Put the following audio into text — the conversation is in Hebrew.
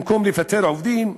במקום לפטר עובדים.